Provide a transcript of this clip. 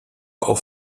auf